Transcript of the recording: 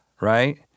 right